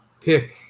Pick